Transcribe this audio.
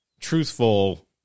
truthful